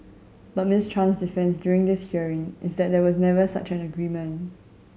but Miss Chan's defence during this hearing is that there was never such an agreement